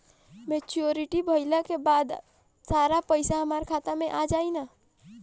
Maturity भईला के बाद सारा पईसा हमार खाता मे आ जाई न?